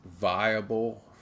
viable